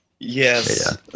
Yes